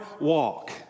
walk